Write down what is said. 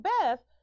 Beth